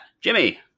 Jimmy